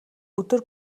өдөр